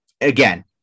again